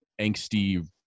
angsty